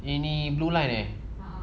ini blue line eh